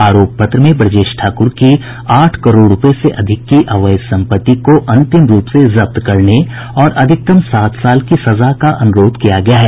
आरोप पत्र में ब्रजेश ठाकुर की आठ करोड़ रूपये से अधिक की अवैध संपत्ति को अंतिम रूप से जब्त करने और अधिकतम सात साल की सजा का अनुरोध किया गया है